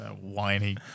whiny